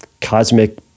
cosmic